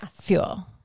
Fuel